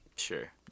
Sure